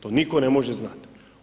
To nitko ne može znati.